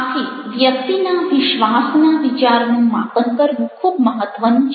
આથી વ્યક્તિના વિશ્વાસના વિચારનું માપન કરવું ખૂબ મહત્વનું છે